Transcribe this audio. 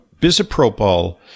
bisoprolol